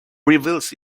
reveals